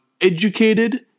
educated